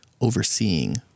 overseeing